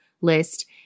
list